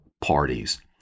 parties